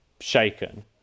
shaken